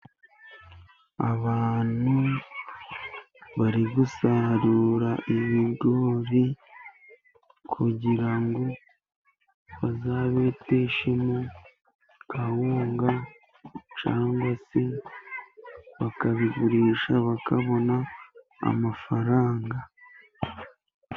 Abantu bari gusarura ibigori, kugira bazabeteshemo agahunga cyangwa se bakabigurisha, bakabona amafaranga.